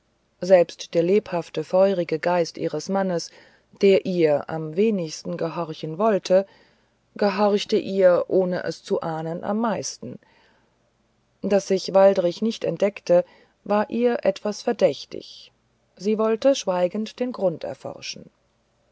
selbst der lebhafte feurige greis ihr mann der ihr am wenigsten gehorchen wollte gehorchte ihr ohne es zu ahnen am meisten daß sich waldrich nicht entdeckte war ihr etwas verdächtig sie wollte schweigend den grund erforschen